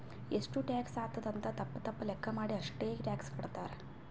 ಎಷ್ಟು ಟ್ಯಾಕ್ಸ್ ಆತ್ತುದ್ ಅಂತ್ ತಪ್ಪ ತಪ್ಪ ಲೆಕ್ಕಾ ಮಾಡಿ ಅಷ್ಟೇ ಟ್ಯಾಕ್ಸ್ ಕಟ್ತಾರ್